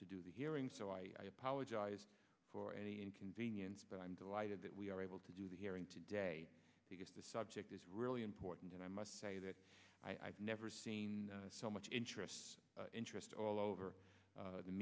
to do the hearing so i apologize for any inconvenience but i'm delighted that we are able to do the hearing today because the subject is really important and i must say that i've never seen so much interest interest all over